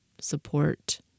support